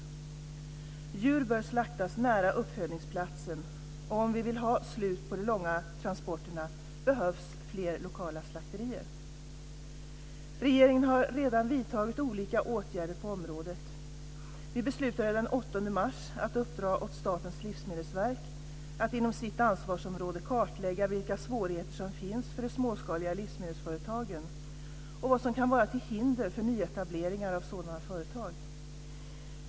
Djur bör slaktas nära uppfödningsplatsen, och om vi vill ha slut på de långa transporterna behövs fler lokala slakterier. Regeringen har redan vidtagit olika åtgärder på området. Vi beslutade den 8 mars att uppdra åt Statens livsmedelsverk att inom sitt ansvarsområde kartlägga vilka svårigheter som finns för de småskaliga livsmedelsföretagen och vad som kan vara till hinder för nyetableringar av sådana företag.